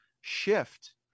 shift